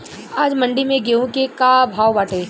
आज मंडी में गेहूँ के का भाव बाटे?